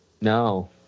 No